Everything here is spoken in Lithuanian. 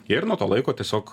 ir nuo to laiko tiesiog